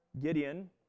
Gideon